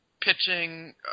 pitching